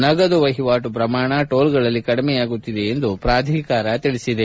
ನಗದು ವಹಿವಾಟು ಪ್ರಮಾಣ ಟೋಲ್ಗಳಲ್ಲಿ ಕಡಿಮೆಯಾಗುತ್ತಿದೆ ಎಂದು ಪ್ರಾಧಿಕಾರ ಹೇಳಿದೆ